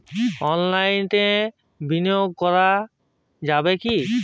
অনলাইনে বিনিয়োগ করা যাবে কি?